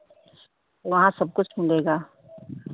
वहाँ सब कुछ मिलेगा